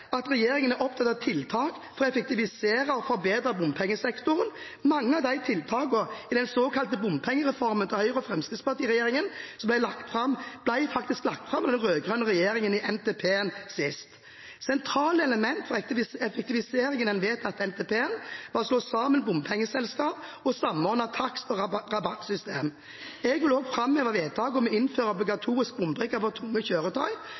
at regjeringen er opptatt av tiltak for å effektivisere og forbedre bompengesektoren. Mange av tiltakene i den såkalte bompengereformen til Høyre–Fremskrittsparti-regjeringen ble faktisk lagt fram av den rød-grønne regjeringen i siste NTP. Sentrale elementer for effektivisering i den vedtatte NTP-en var å slå sammen bompengeselskaper og samordne takst- og rabattsystemer. Jeg vil også framheve vedtaket om å innføre obligatorisk bombrikke for tunge kjøretøy,